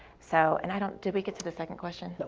so and i don't did we get to the second question?